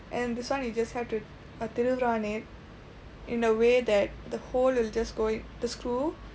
and this [one] you just have to திருவுறான் :thiruvuraan it in a way that the hole will just go in the screw